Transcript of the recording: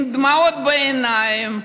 דמעות בעיניים,